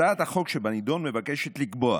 הצעת החוק שבנדון מבקשת לקבוע